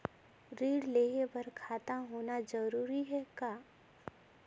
ऋण लेहे बर खाता होना जरूरी ह का?